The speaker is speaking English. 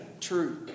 true